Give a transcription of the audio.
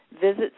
visits